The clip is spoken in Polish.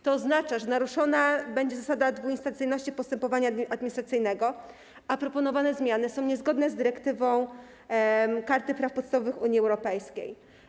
To oznacza, że naruszona będzie zasada dwuinstancyjności postępowania administracyjnego, a proponowane zmiany są niezgodne z Kartą Praw Podstawowych Unii Europejskiej.